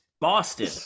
Boston